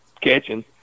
catching